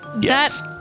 Yes